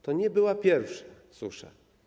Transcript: To nie była pierwsza susza.